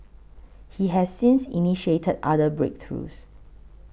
he has since initiated other breakthroughs